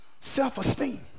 self-esteem